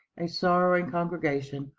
a sorrowing congregation,